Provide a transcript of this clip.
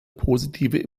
positive